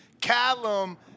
Callum